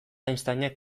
einsteinek